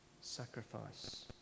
sacrifice